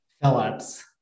Phillips